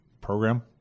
program